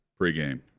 pregame